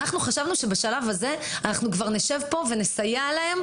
אנחנו חשבנו שבשלב הזה אנחנו כבר נשב כאן ונסייע להם